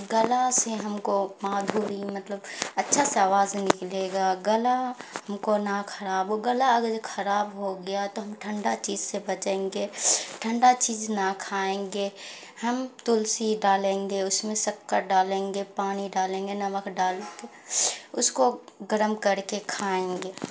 گلا سے ہم کو مادھوری مطلب اچھا سا آواز نکلے گا گلا ہم کو نہ خراب ہو گلا اگر جو خراب ہو گیا تو ہم ٹھنڈا چیز سے بچیں گے ٹھنڈا چیز نہ کھائیں گے ہم تلسی ڈالیں گے اس میں شکر ڈالیں گے پانی ڈالیں گے نمک ڈال اس کو گرم کر کے کھائیں گے